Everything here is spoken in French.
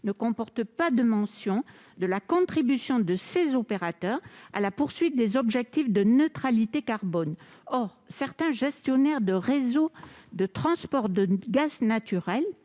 ne comportent pas de mention de la contribution de ces opérateurs à la recherche des objectifs de neutralité carbone. Or certains gestionnaires de réseaux de transport de gaz naturel